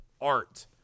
art